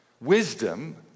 wisdom